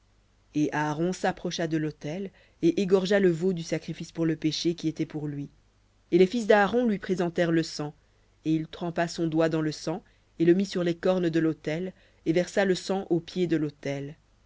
et aaron s'approcha de l'autel et égorgea le veau du sacrifice pour le péché qui était pour lui et les fils d'aaron lui présentèrent le sang et il trempa son doigt dans le sang et le mit sur les cornes de l'autel et versa le sang au pied de l'autel